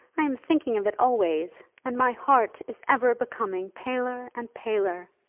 i am thinking of it always, and my heart is ever becoming paler and paler.